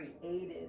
created